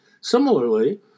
Similarly